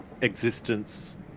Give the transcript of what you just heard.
existence